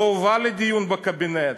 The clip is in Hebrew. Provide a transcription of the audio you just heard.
לא הובא לדיון בקבינט.